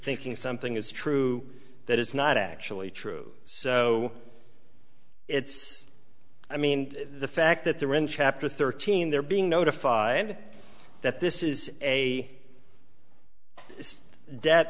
thinking something is true that is not actually true so it's i mean the fact that they're in chapter thirteen they're being notified that this is a